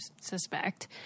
suspect